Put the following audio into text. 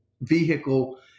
vehicle